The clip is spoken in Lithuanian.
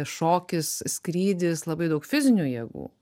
šokis skrydis labai daug fizinių jėgų